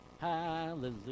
hallelujah